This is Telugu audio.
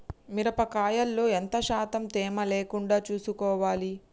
మిరప కాయల్లో ఎంత శాతం తేమ లేకుండా చూసుకోవాలి?